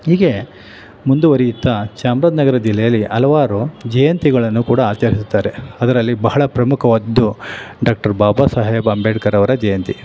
ಹೀಗೆ ಮುಂದುವರೆಯುತ್ತಾ ಚಾಮರಾಜನಗರ ಜಿಲ್ಲೆಯಲ್ಲಿ ಹಲವಾರು ಜಯಂತಿಗಳನ್ನು ಕೂಡ ಆಚರಿಸುತ್ತಾರೆ ಅದರಲ್ಲಿ ಬಹಳ ಪ್ರಮುಖವಾದ್ದು ಡಾಕ್ಟರ್ ಬಾಬಾ ಸಾಹೇಬ್ ಅಂಬೇಡ್ಕರ್ ಅವರ ಜಯಂತಿ